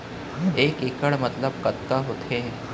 एक इक्कड़ मतलब कतका होथे?